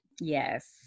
Yes